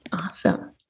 Awesome